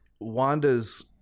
Wanda's